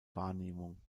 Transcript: wahrnehmung